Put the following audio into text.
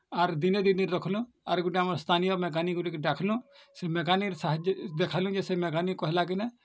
ଆର୍ ଦିନେ ଦୁଇ ଦିନ ରଖ୍ଲୁ ଆର୍ ଗୁଟେ ଆମ ସ୍ଥାନୀୟ ମେକାନିକକୁ ଟିକେ ଡାକ୍ଲୁ ସେ ମେକାନିକ୍ ସାହାଯ୍ୟରେ ଦେଖାଲୁ ଯେ ସେ ମେକାନିକ୍ କହିଲା କିନେ